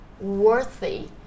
worthy